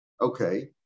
Okay